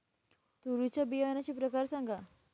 तूरीच्या बियाण्याचे प्रकार सांगा